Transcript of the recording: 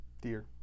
Dear